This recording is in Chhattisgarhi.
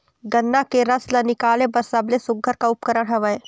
गन्ना के रस ला निकाले बर सबले सुघ्घर का उपकरण हवए?